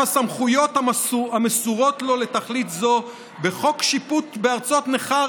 הסמכויות המסורות לו לתכלית זו בחוק שיפוט בארצות נכר,